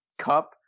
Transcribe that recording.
Cup